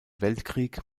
weltkrieg